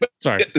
Sorry